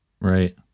Right